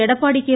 Edappadi K